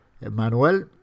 Manuel